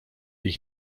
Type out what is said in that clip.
ich